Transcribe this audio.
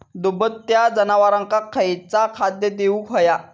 दुभत्या जनावरांका खयचा खाद्य देऊक व्हया?